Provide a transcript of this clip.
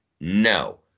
No